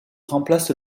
remplace